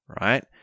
right